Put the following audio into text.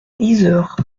yzeure